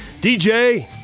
DJ